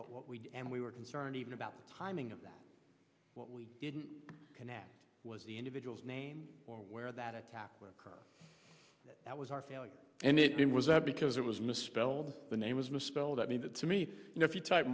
but what we did and we were concerned even about the timing of that what we didn't connect was the individual's name or where that attack where that was our failure and it was that because it was misspelled the name was misspelled i mean that to me you know if you type